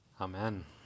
Amen